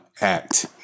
act